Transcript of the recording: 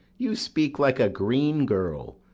you speak like a green girl,